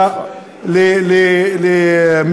שִפחה.